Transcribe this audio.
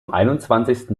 einundzwanzigsten